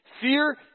Fear